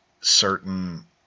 certain